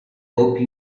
hope